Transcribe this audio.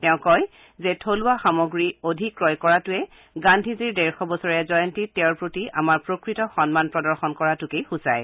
তেওঁ কয় যে থলুৱা বস্তু অধিক কৰ্য় কৰাটো গান্ধীজীৰ ডেৰশ বছৰীয়া জয়ন্তীত তেওঁৰ প্ৰতি প্ৰকৃত সম্মান প্ৰদৰ্শন কৰাটোকে সূচায়